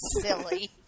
Silly